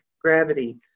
gravity